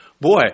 boy